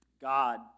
God